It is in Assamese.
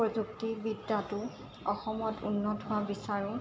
প্ৰযুক্তিবিদ্যাটো অসমত উন্নত হোৱা বিচাৰোঁ